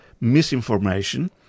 misinformation